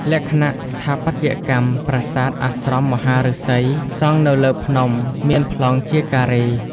លក្ខណៈស្ថាបត្យកម្ម ប្រាសាទអាស្រមមហាឫសីសង់នៅលើភ្នំ មានប្លង់ជា ការ៉េ។